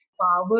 power